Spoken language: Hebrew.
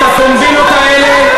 את הקומבינות האלה,